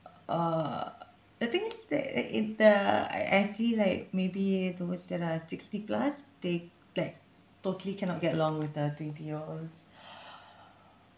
uh I think it's the it it the I I see like maybe those that are sixty plus they like totally cannot get along with the twenty year olds